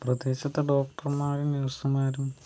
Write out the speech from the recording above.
പ്രദേശത്തെ ഡോക്ടർമാരും നേഴ്സ്മാരും